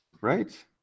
Right